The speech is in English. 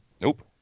Nope